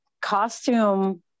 costume